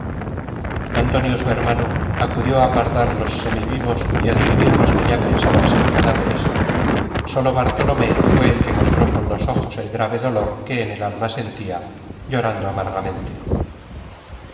antonio su hermano acudió a apartar los semivivos y á dividir los que ya pensaba ser cadáveres sólo bartolomé fué el que mostró con los ojos el grave dolor que en el alma sentia llorando amargamente